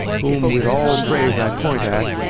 whom with all praise i point at,